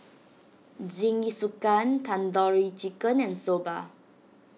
Jingisukan Tandoori Chicken and Soba